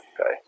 Okay